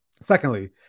Secondly